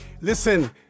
Listen